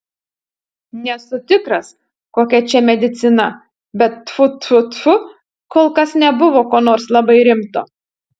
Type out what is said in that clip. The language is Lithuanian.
nesu tikras kokia čia medicina bet tfu tfu tfu kol kas nebuvo ko nors labai rimto